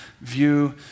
view